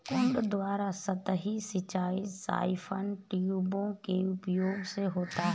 कुंड द्वारा सतही सिंचाई साइफन ट्यूबों के उपयोग से होता है